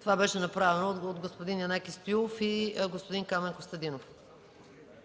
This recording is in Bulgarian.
това беше направено от господин Янаки Стоилов и господин Камен Костадинов.